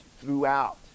throughout